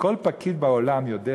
שכל פקיד בעולם יודע